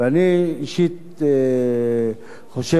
ואני אישית חושב,